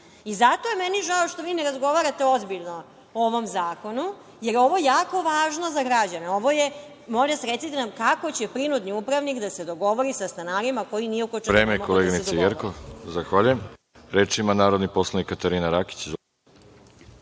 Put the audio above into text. je meni žao što vi ne razgovarate ozbiljno o ovom zakonu, jer je ovo jako važno za građane. Molim vas, recite nam, kako će prinudni upravnik da se dogovori sa stanarima koji ni oko čega ne mogu da se dogovore?